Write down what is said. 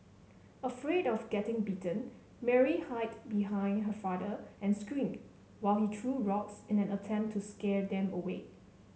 afraid of getting bitten Mary hide behind her father and screamed while he threw rocks in an attempt to scare them away